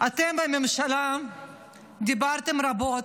אתם בממשלה דיברתם רבות,